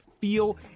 feel